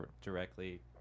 directly